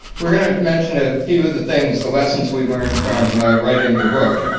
we're going to mention a few of the things, the lessons we learned from writing the book.